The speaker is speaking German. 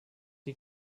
die